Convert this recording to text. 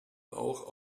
auch